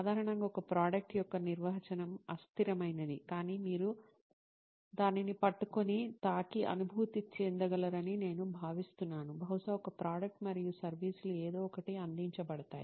సాధారణంగా ఒక ప్రోడక్ట్ యొక్క నిర్వచనం అస్థిరమైనది కానీ మీరు దానిని పట్టుకొని తాకి అనుభూతి చెందగలరని నేను భావిస్తున్నాను బహుశా ఒక ప్రోడక్ట్ మరియు సర్వీస్ లు ఏదో ఒకటి అందించబడతాయి